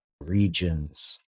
regions